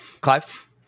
Clive